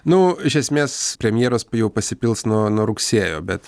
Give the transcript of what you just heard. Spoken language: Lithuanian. nu iš esmės premjeros jau pasipils nuo nuo rugsėjo bet